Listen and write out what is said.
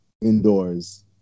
indoors